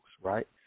right